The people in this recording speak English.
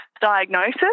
diagnosis